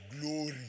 glory